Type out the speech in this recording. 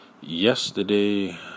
yesterday